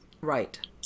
right